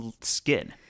skin